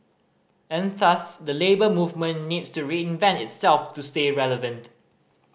and thus the Labour Movement needs to reinvent itself to stay relevant